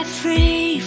free